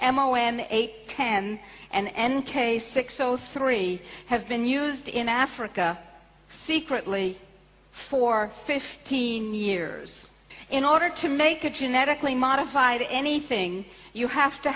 m o n eight ten and n k six o three have been used in africa secretly for fifteen years in order to make a genetically modified anything you have to